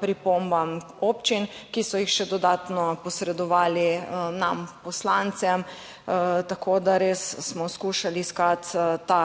pripombam občin, ki so jih še dodatno posredovali nam poslancem. Tako, da res smo skušali iskati ta